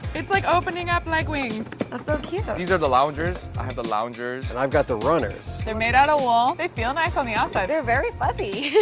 it's like opening up like wings. that's so cute. these are the loungers. i have the loungers. and i've got the runners. they're made out of wool. they feel nice on the outside. they're very fuzzy.